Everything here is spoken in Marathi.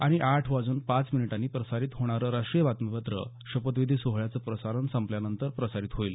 आणि आठ वाजून पाच मिनिटांनी प्रसारित होणारं राष्ट्रीय बातमीपत्र शपथविधी सोहळ्याचं प्रसारण संपल्यानंतर प्रसारित होईल